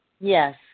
Yes